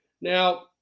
Now